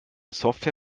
software